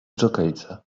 dżokejce